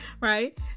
right